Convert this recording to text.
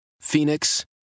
Phoenix